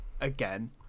Again